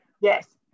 Yes